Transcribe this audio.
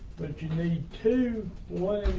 but you need to